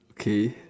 K